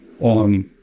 on